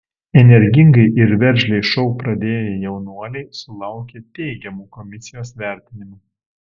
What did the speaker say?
energingai ir veržliai šou pradėję jaunuoliai sulaukė teigiamų komisijos vertinimų